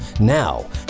now